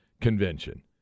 convention